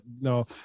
no